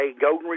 golden